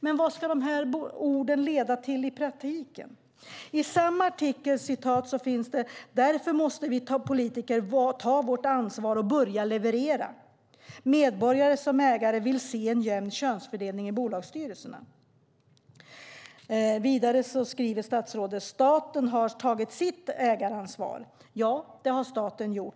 Men vad ska de här orden leda till i praktiken? I samma artikel står det: "Därför måste vi politiker ta vårt ansvar och börja leverera. Medborgarna som ägare vill se jämn könsfördelning i bolagsstyrelser." Vidare skriver statsrådet att "staten har tagit sitt ägaransvar". Ja, det har staten gjort.